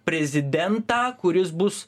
prezidentą kuris bus